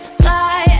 fly